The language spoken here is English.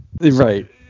right